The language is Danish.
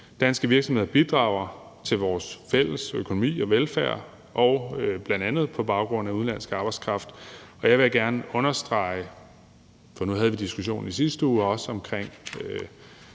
Danske virksomheder bidrager til vores fælles økonomi og velfærd, bl.a. på baggrund af udenlandsk arbejdskraft, og her vil jeg gerne understrege – for nu havde vi også i sidste uge diskussionen